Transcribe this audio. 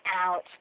out